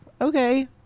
okay